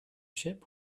ship